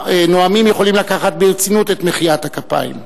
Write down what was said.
הנואמים יכולים לקחת ברצינות את מחיאת הכפיים.